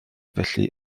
felly